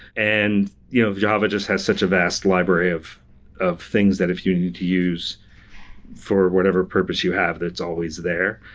and you know java just has such a vast library of of things that if you need to use for whatever purpose you have, that's always there.